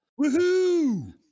Woohoo